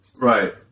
Right